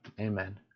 amen